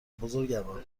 بزرگوار